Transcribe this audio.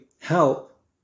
help